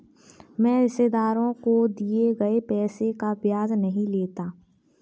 मैं रिश्तेदारों को दिए गए पैसे का ब्याज नहीं लेता